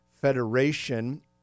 Federation